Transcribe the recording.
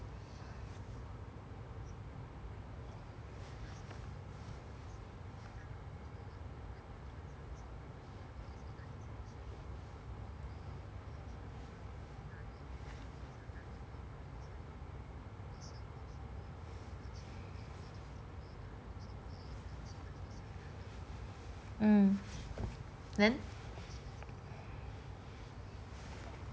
eh then